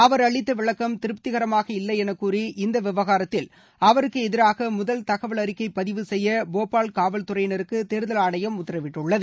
அவர் அளித்த விளக்கம் திருப்திகரமாக இல்லை என கூறி இந்த விவகாரத்தில் அவருக்கு எதிராக முதல் தகவல் அறிக்கை பதிவு செய்ய போபால் காவல் துறையினருக்கு தேர்தல் ஆணையம் உத்தரவிட்டுள்ளது